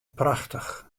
prachtich